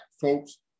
folks